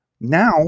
Now